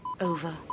Over